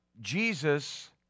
Jesus